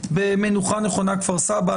במנוחה נכונה כפר סבא.